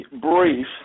brief